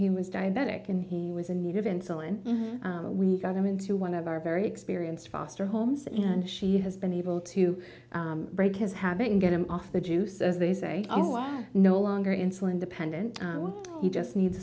he was diabetic and he was in need of insulin we got him into one of our very experienced foster homes and she has been able to break his habit and get him off the juice as they say i'm no longer insulin dependent he just needs